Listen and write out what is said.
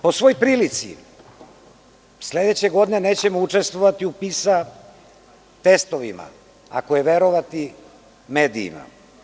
Po svoj prilici, sledeće godine nećemo učestvovati u PISA testovima, ako je verovati medijima.